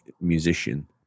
musician